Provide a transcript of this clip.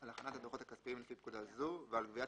על הכנת הדוחות הכספיים לפי פקודה זו ועל גביית